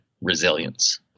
resilience